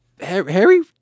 Harry